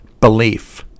belief